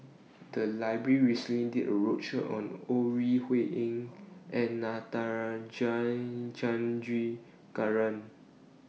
The Library recently did A roadshow on Ore Huiying and Natarajan Chandrasekaran